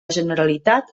generalitat